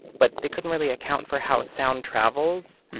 but they couldn't really account for how sound travels.